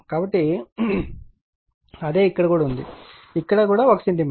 కాబట్టి అదే ఇక్కడ కూడా ఉంది ఇది కూడా 1 సెంటీమీటర్